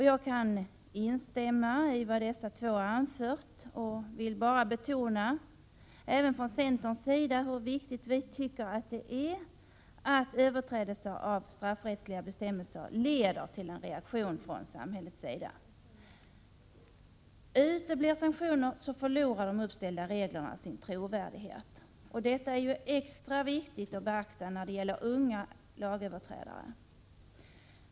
Jag kan instämma i vad dessa två ledamöter har anfört och vill bara för centerns del betona hur viktigt även vi anser det vara att överträdelser av straffrättsliga bestämmelser leder till en reaktion från samhällets sida. Uteblir sanktioner så förlorar de uppställda reglerna sin trovärdighet. Detta är extra viktigt att beakta när det gäller unga lagöverträdare.